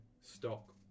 stock